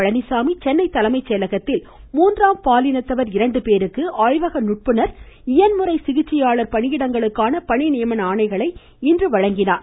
பழனிசாமி சென்னை தலைமை செயலகத்தில் மூன்றாம் பாலினத்தவர் இரண்டு பேருக்கு ஆய்வக நுட்புனர் இயன்முறை சிகிச்சையாளர் பணியிடங்களுக்கான பணிநியமன ஆணைகளை இன்று வழங்கினார்